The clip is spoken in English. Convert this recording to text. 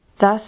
Thus